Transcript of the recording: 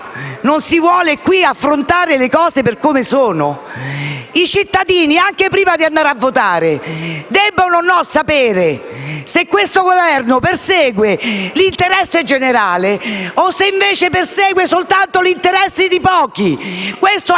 non si vuole affrontare qui le cose per come sono? I cittadini prima di andare a votare debbono o no sapere se questo Governo persegue l'interesse generale o se, invece, persegue soltanto gli interessi di pochi? È una